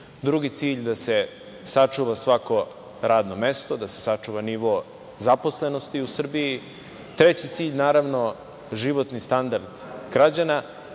drugi cilj da se sačuva svako radno mesto, da se sačuva nivo zaposlenosti u Srbiji, treći cilj, naravno, životni standard građana